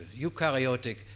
eukaryotic